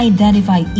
Identify